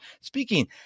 speaking